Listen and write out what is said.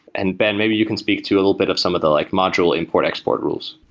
and ben, maybe you can speak to a little bit of some of the like module import export rules.